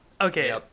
okay